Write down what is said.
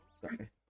Sorry